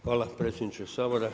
Hvala predsjedniče Sabora.